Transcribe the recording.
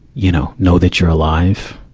you know, know that you're alive.